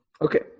Okay